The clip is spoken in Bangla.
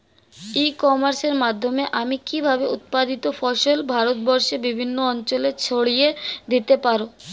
ই কমার্সের মাধ্যমে আমি কিভাবে উৎপাদিত ফসল ভারতবর্ষে বিভিন্ন অঞ্চলে ছড়িয়ে দিতে পারো?